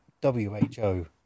W-H-O